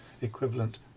equivalent